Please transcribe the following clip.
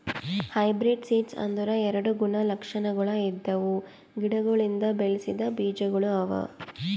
hybrid seeds ಅಂದುರ್ ಎರಡು ಗುಣ ಲಕ್ಷಣಗೊಳ್ ಇದ್ದಿವು ಗಿಡಗೊಳಿಂದ್ ಬೆಳಸಿದ್ ಬೀಜಗೊಳ್ ಅವಾ